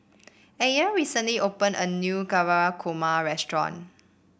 Ayden recently opened a new Navratan Korma restaurant